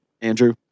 Andrew